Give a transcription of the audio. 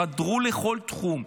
חדרו לכל תחום,